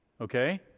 Okay